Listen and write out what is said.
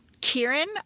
Kieran